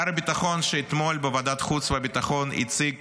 שר הביטחון אתמול בוועדת החוץ והביטחון הציג